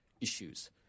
issues